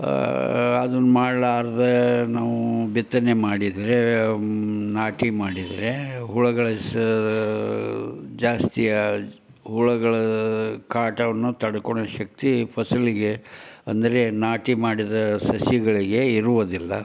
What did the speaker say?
ಅದನ್ನ ಮಾಡ್ಲಾರ್ದೇ ನಾವು ಬಿತ್ತನೆ ಮಾಡಿದರೆ ನಾಟಿ ಮಾಡಿದರೆ ಹುಳಗಳು ಸ ಜಾಸ್ತಿಯ ಹುಳುಗಳ ಕಾಟವನ್ನು ತಡ್ಕೊಳ ಶಕ್ತಿ ಫಸಲಿಗೆ ಅಂದರೆ ನಾಟಿ ಮಾಡಿದ ಸಸಿಗಳಿಗೆ ಇರುವುದಿಲ್ಲ